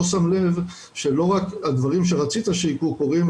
שם לב שלא רק הדברים שרצית שיקרו קורים,